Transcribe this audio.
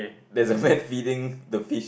there's a man feeding the fish